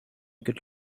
good